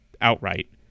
outright